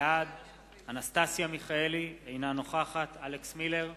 בעד אנסטסיה מיכאלי, אינה נוכחת אלכס מילר,